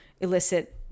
elicit